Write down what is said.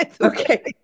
Okay